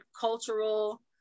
cultural